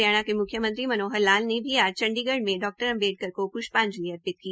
हरियाणा के म्ख्यमंत्री मनोहर लाल ने भी आज चंडीगढ़ में डॉ अम्बेडकर को प्ष्पांजलि अर्पित की